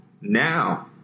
Now